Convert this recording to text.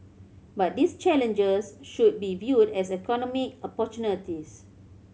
but these challenges should be viewed as economic opportunities